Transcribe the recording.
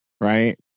Right